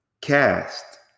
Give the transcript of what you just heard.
Cast